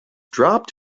dropped